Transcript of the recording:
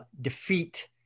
defeat